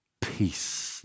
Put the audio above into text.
peace